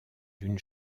d’une